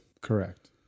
Correct